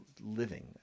living